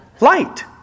Light